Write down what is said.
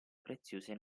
preziose